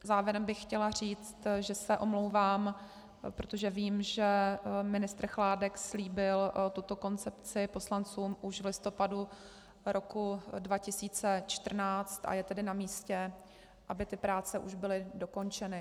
Závěrem bych chtěla říci, že se omlouvám, protože vím, že ministr Chládek slíbil tuto koncepci poslancům už v listopadu roku 2014, a je tedy namístě, aby ty práce už byly dokončeny.